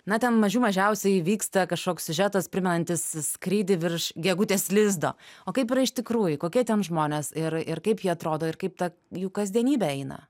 na ten mažių mažiausiai įvyksta kažkoks siužetas primenantis skrydį virš gegutės lizdo o kaip yra iš tikrųjų kokie ten žmonės ir ir kaip jie atrodo ir kaip ta jų kasdienybė eina